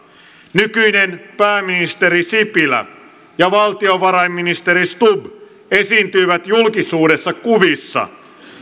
nykyinen pääministeri sipilä ja valtiovarainministeri stubb esiintyivät julkisuudessa kuvissa